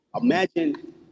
Imagine